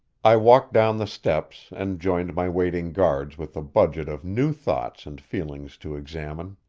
i walked down the steps, and joined my waiting guards with a budget of new thoughts and feelings to examine.